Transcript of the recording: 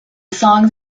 songs